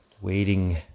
waiting